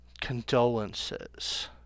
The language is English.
condolences